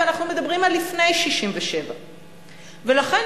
ואנחנו מדברים על לפני 67'. ולכן,